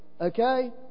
Okay